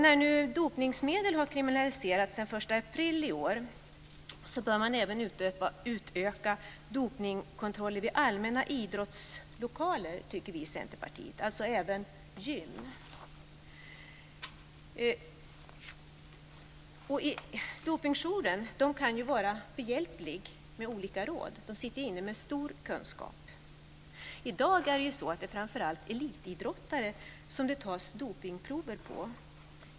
När nu dopningsmedel har kriminaliserats sedan den 1 april i år bör man även utöka dopningskontrollerna vid allmänna idrottslokaler, tycker vi i Centerpartiet, alltså även gym. Dopingjouren kan ju vara behjälplig med olika råd. Den sitter inne med stor kunskap. I dag är det framför allt elitidrottare som det tas dopningsprover på.